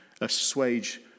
assuage